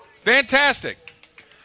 fantastic